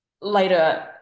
later